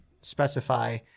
specify